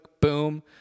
boom